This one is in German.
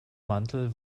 mantel